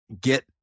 get